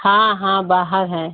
हाँ हाँ बाहर हैं